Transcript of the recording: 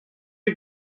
you